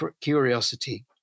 curiosity